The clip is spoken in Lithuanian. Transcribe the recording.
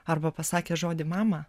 arba pasakė žodį mama